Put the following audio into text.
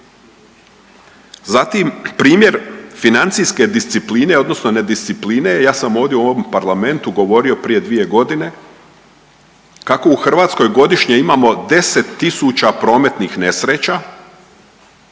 Zatim, primjer financijske discipline odnosno nediscipline, ja sam ovdje u ovom parlamentu govorio prije 2 godine kako u Hrvatskoj godišnje imamo 10 tisuća prometnih nesreća